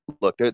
look